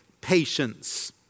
patience